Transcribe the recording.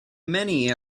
many